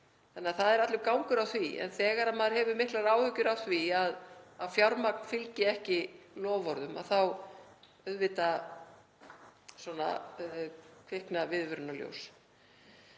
Þannig að það er allur gangur á því. En þegar maður hefur miklar áhyggjur af því að fjármagn fylgi ekki loforðum þá auðvitað kvikna viðvörunarljós.